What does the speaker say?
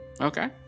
okay